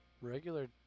regular